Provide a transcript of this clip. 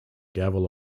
gavel